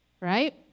Right